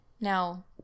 Now